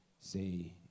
Say